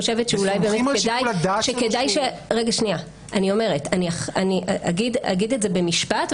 וסומכים על שיקול הדעת --- אני אגיד את זה במשפט,